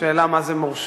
השאלה היא, מה זה מורשה?